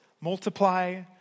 multiply